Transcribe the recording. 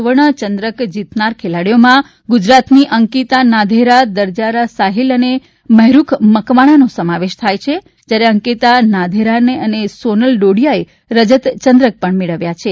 સુવર્ણ ચંદ્રક જીતનાર ખેલાડીઓમાં ગુજરાતની અંકિતા નાઘેરા દરજાદા સાહિલ અને મહેરૂખ મકવાણાનો સમાવેશ થાય છે જ્યારે અંકિતા નાધેરાને અને સોનલ ડોડીયાએ રજત ચંદ્રક પણ મેળવ્યું છે